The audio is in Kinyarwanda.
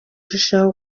irushaho